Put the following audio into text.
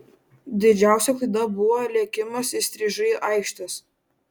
didžiausia klaida buvo lėkimas įstrižai aikštės